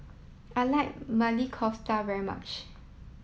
I like Maili Kofta very much